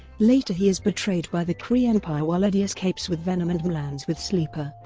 later he is betrayed by the kree empire while eddie escapes with venom and m'lanz with sleeper.